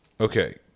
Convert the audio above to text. Okay